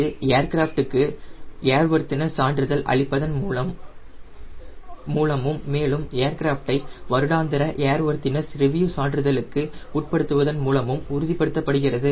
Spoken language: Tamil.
இது ஏர்கிராஃப்ட் க்கு ஏர்வொர்த்தினஸ் சான்றிதழ் அளிப்பதன் மூலமும் மேலும் ஏர்கிராஃப்டை வருடாந்திர ஏர்வொர்தினஸ் ரிவியூ சான்றிதழுக்கு உட்படுத்துவதன் மூலமும் உறுதிப்படுத்தப்படுகிறது